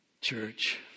Church